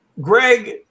Greg